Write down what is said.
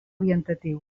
orientatiu